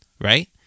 right